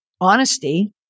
honesty